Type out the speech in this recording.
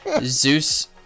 Zeus